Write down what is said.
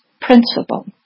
principle